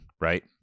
right